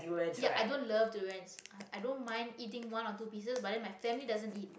ya i don't love durians i i don't mind eating one or two pieces but then my family doesn't eat